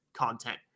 content